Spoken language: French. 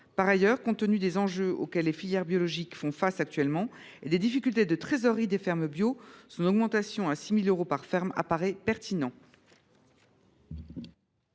Par ailleurs, compte tenu des enjeux auxquels les filières biologiques font face actuellement et des difficultés de trésorerie des fermes bio, son augmentation à 6 000 euros par ferme paraît pertinente.